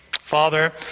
Father